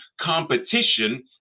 competition